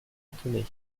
étonné